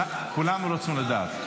כולנו רוצים לדעת.